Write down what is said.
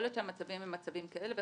יכול להיות שהמצבים הם מצבים כאלה,